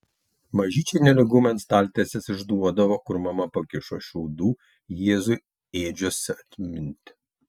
mažyčiai nelygumai ant staltiesės išduodavo kur mama pakišo šiaudų jėzui ėdžiose atminti